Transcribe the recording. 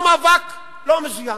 או מאבק לא מזוין,